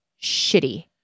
shitty